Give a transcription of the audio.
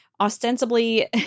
ostensibly